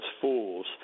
fools